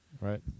Right